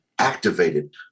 activated